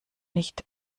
nicht